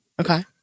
okay